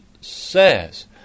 says